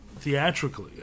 theatrically